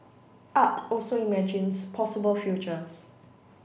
art also imagines possible futures